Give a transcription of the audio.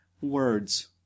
words